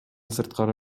сырткары